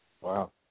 Wow